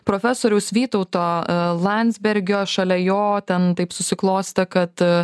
profesoriaus vytauto landsbergio šalia jo ten taip susiklostė kad